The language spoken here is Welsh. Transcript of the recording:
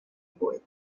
fwyd